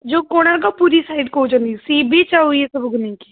ଯେଉଁ କୋଣାର୍କ ପୁରୀ ସାଇଟ୍ କହୁଛନ୍ତି sea beach ଆଉ ଇଏ ସବୁକୁ ନେଇକି